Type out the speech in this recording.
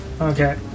Okay